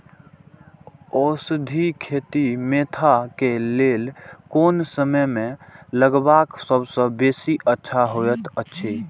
औषधि खेती मेंथा के लेल कोन समय में लगवाक सबसँ बेसी अच्छा होयत अछि?